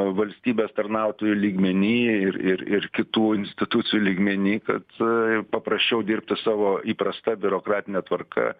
valstybės tarnautojų lygmeny ir ir ir kitų institucijų lygmeny kad paprasčiau dirbti savo įprasta biurokratine tvarka